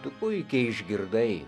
tu puikiai išgirdai